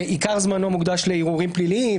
ועיקר זמנו מוקדש לערעורים פליליים,